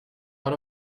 out